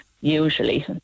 usually